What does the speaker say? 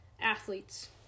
athletes